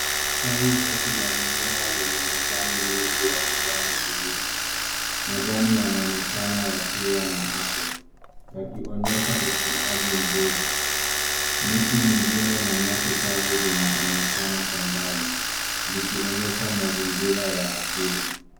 Tawi refu la mmea lenye majani mengi ya kijani kibichi. Majani yanaonekana yakiwa na afya, yakionyesha ukuaji mzuri. Miti mingine na nyasi kavu vinaonekana kwa mbali zikionyesha mazingira ya asili.